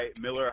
Miller